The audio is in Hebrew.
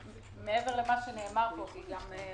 מעבר למה שנאמר פה - זו